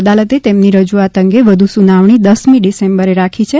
અદાલતે તેમની રજૂઆત અંગે વધુ સુનાવણી દસમી ડિસેમ્બરે રાખી છે